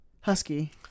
husky